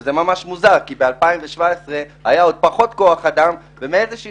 שזה ממש מוזר כי ב-2017 היה פחות כוח אדם ומאיזושהי